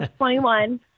21